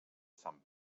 sant